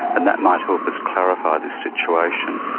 and that might help us clarify this situation.